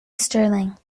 sterling